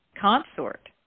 consort